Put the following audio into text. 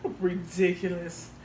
Ridiculous